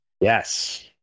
Yes